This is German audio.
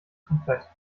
komplett